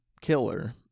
killer